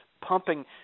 pumping